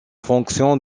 fonction